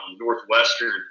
Northwestern